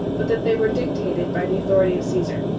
but that they were dictated by the authority of caesar.